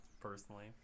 personally